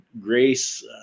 Grace